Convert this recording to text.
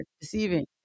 deceiving